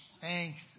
Thanks